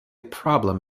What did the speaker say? problem